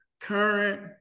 current